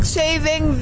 saving